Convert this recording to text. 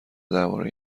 درباره